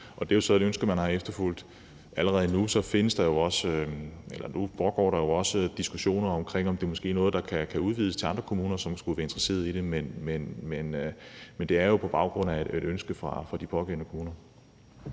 jo så et ønske, man har efterfulgt. Allerede nu foregår der jo også diskussioner om, om det måske er noget, der kan udvides til andre kommuner, som skulle være interesserede i det. Men det her er jo på baggrund af et ønske fra de pågældende kommuner.